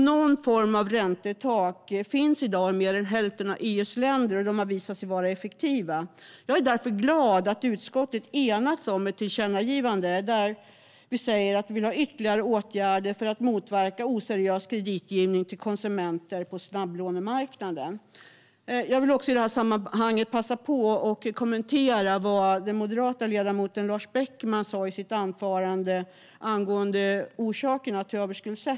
Någon form av räntetak finns i dag i mer än hälften av EU:s länder och har visat sig vara effektiva. Jag är därför glad att utskottet enats om ett tillkännagivande där vi säger att vi vill ha ytterligare åtgärder för att motverka oseriös kreditgivning till konsumenter på snabblånemarknaden. Jag vill också i det här sammanhanget passa på och kommentera vad den moderate ledamoten Lars Beckman sa i sitt anförande angående orsakerna till överskuldsättning.